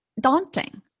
daunting